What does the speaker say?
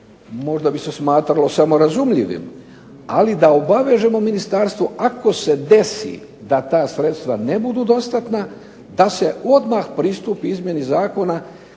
Možda bi se smatralo samo razumljivim, ali da obavežemo ministarstvo ako se desi da ta sredstva ne budu dostatna da se odmah pristupi izmjeni zakona